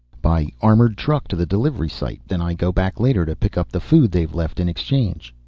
by armored truck to the delivery site. then i go back later to pick up the food they've left in exchange.